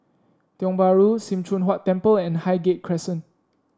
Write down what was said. Tiong Bahru Sim Choon Huat Temple and Highgate Crescent